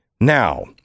Now